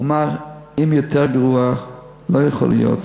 הוא אמר: אם יותר גרוע לא יכול להיות,